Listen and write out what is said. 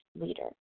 leader